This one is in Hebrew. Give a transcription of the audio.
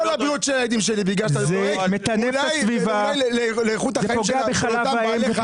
כמות הדיונים שאני קיימתי אצלי בוועדה --- לא רציתם אותם במעונות.